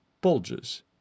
bulges